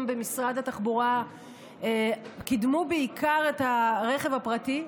במשרד התחבורה קידמו בעיקר את הרכב הפרטי,